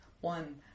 one